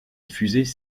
diffusés